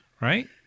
right